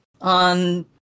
on